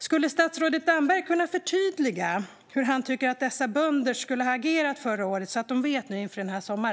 Skulle statsrådet Damberg kunna förtydliga hur han tycker att dessa bönder skulle ha agerat förra året så att de vet det inför denna sommar?